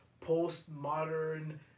post-modern